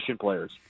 players